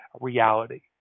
reality